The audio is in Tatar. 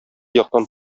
яктан